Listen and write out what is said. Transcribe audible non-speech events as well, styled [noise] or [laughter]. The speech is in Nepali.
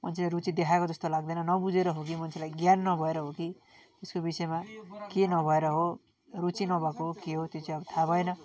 [unintelligible] रुचि देखाएको जस्तो लाग्दैन नबुझेर हो कि मान्छेलाई ज्ञान नभएर हो कि यसको विषयमा के नभएर हो रुचि नभएको हो के हो त्यो चाहिँ अब थाहा भएन